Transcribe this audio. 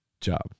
job